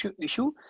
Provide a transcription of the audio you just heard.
issue